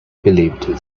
believed